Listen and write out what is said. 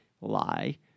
Lie